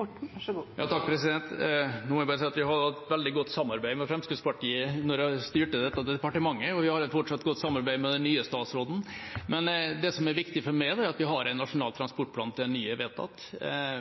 Nå vil jeg bare si at vi hadde et veldig godt samarbeid med Fremskrittspartiet da de styrte dette departementet, og vi har fortsatt et godt samarbeid med den nye statsråden, men det som er viktig for meg, er at vi har en nasjonal transportplan til en ny er vedtatt.